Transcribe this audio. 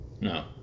No